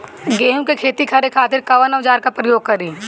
गेहूं के खेती करे खातिर कवन औजार के प्रयोग करी?